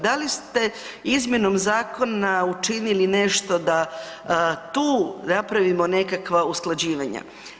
Da li ste izmjenom zakona učinili nešto da tu napravimo nekakva usklađivanja?